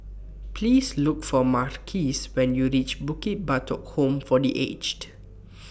Please Look For Marquis when YOU REACH Bukit Batok Home For The Aged